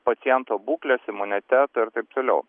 paciento būklės imuniteto ir taip toliau